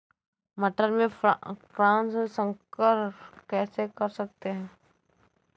मटर में क्रॉस संकर कैसे कर सकते हैं?